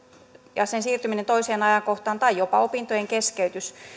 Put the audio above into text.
ja sen siirtyminen toiseen ajankohtaan tai jopa opintojen keskeytys